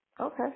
Okay